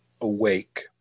awake